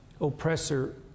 oppressor